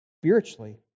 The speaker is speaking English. spiritually